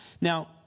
Now